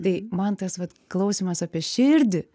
tai man tas vat klausymas apie širdį